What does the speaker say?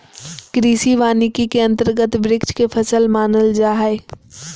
कृषि वानिकी के अंतर्गत वृक्ष के फसल मानल जा हइ